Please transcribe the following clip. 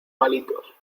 palitos